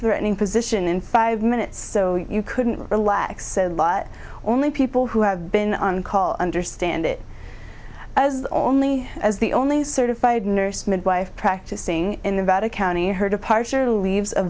threatening position in five minutes so you couldn't relax a lot only people who have been on call understand it as only as the only certified nurse midwife practicing in the about a county her departure leaves a